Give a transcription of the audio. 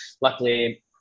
luckily